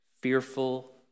Fearful